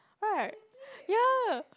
right ya